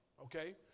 okay